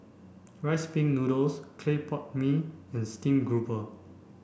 rice pin noodles clay pot mee and stream grouper